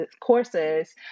courses